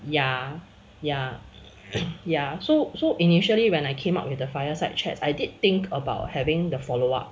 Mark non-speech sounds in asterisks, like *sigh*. ya ya *coughs* ya so so initially when I came up with the fireside chats I did think about having the follow up